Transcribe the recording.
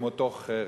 עם אותו חרם.